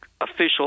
official